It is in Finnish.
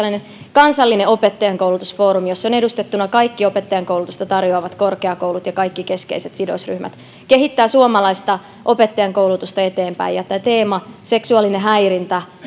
kansallinen opettajankoulutusfoorumi jossa ovat edustettuina kaikki opettajankoulutusta tarjoavat korkeakoulut ja kaikki keskeiset sidosryhmät ja joka kehittää suomalaista opettajankoulutusta eteenpäin tämä teema seksuaalinen häirintä